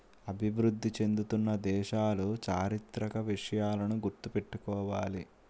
అభివృద్ధి చెందుతున్న దేశాలు చారిత్రక విషయాలను గుర్తు పెట్టుకోవాలి